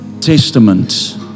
Testament